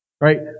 right